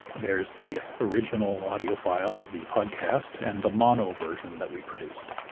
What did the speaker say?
there's the original audio file of the podcast and the mono version that we produced.